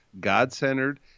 God-centered